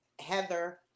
Heather